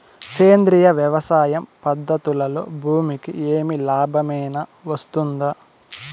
సేంద్రియ వ్యవసాయం పద్ధతులలో భూమికి ఏమి లాభమేనా వస్తుంది?